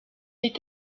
est